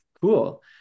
Cool